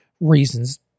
reasons